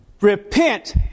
repent